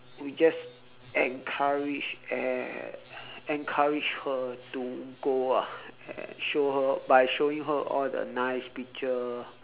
we just encourage and encourage her to go ah and show her by showing her all the nice picture